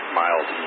miles